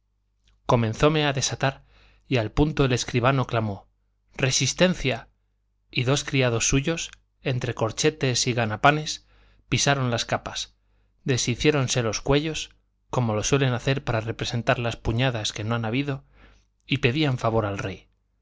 atado comenzóme a desatar y al punto el escribano clamó resistencia y dos criados suyos entre corchetes y ganapanes pisaron las capas deshiciéronse los cuellos como lo suelen hacer para representar las puñadas que no ha habido y pedían favor al rey